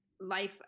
life